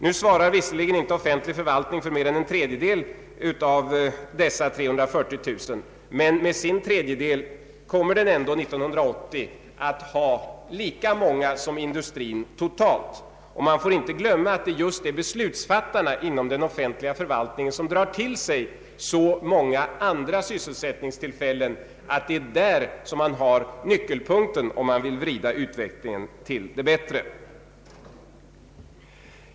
Nu svarar visserligen inte offentlig förvaltning för mer än en tredjedel av dessa 340 000, men med sin tredjedel kommer den ändå 1980 att ha lika många som industrin totalt. Man får inte heller glömma att det just är beslutsfattarna inom den offentliga förvaltningen som drar till sig så många andra sysselsättningstillfällen att det är där som man har nyckelpunkten om man vill vrida utvecklingen till det bättre.